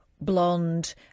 blonde